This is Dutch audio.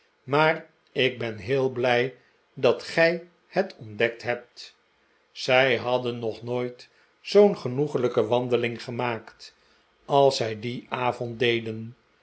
maar ik ben heel blij dat gij het ontdekt hebt zij hadden nog nooit zoo'n genoeglijke wandeling gemaakt als zij dien avond deden